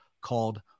called